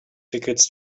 tickets